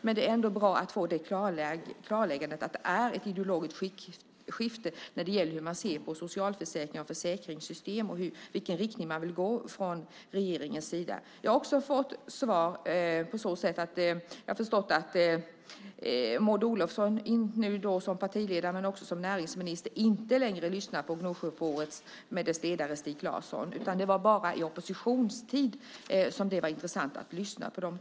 Men det är bra att få klarlagt att det är ett ideologiskt skifte när det gäller hur man ser på socialförsäkringar och försäkringssystem och i vilken riktning man vill gå från regeringens sida. Jag har också fått svar på så sätt att jag har förstått att Maud Olofsson som partiledare, men också som näringsminister, inte längre lyssnar till Gnosjöupproret och dess ledare Stig Claesson. Det var bara i opposition som det var intressant att lyssna på dem.